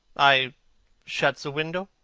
i shut the window?